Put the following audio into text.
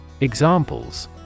Examples